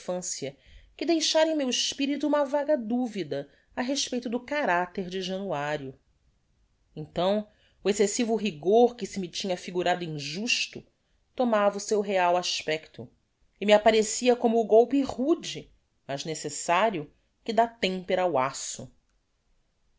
infancia que deixara em meu espirito uma vaga duvida á respeito do caracter de januario então o excessivo rigor que se me tinha afigurado injusto tomava o seu real aspecto e me apparecia como o golpe rude mas necessario que dá tempera ao aço